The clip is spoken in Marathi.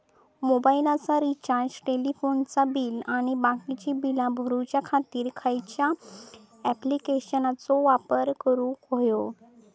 मोबाईलाचा रिचार्ज टेलिफोनाचा बिल आणि बाकीची बिला भरूच्या खातीर खयच्या ॲप्लिकेशनाचो वापर करूक होयो?